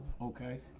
Okay